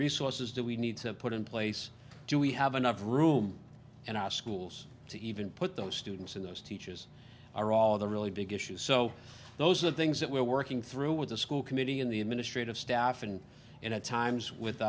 resources that we need to put in place do we have enough room in our schools to even put those students in those teachers are all the really big issues so those are the things that we're working through with the school committee in the administrative staff and and at times with